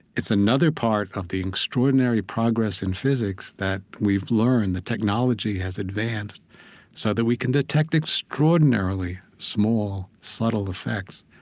it's another part of the extraordinary progress in physics that we've learned the technology has advanced so that we can detect extraordinarily small, subtle effects.